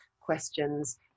questions